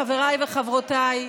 חבריי וחברותיי,